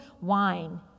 wine